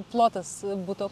plotas buto